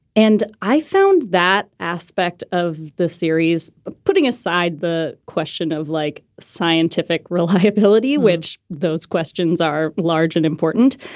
and i found that aspect of the series but putting aside the question of like scientific reliability, which those questions are large and important.